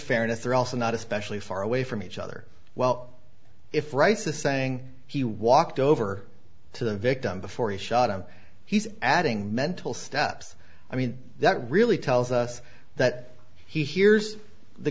fairness they're also not especially far away from each other well if reisa saying he walked over to the victim before he shot him he's adding mental steps i mean that really tells us that he hears the